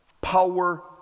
power